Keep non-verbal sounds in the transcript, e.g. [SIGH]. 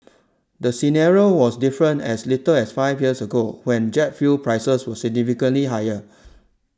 the scenario was different as little as five years ago when jet fuel prices were significantly higher [NOISE]